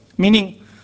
Meaning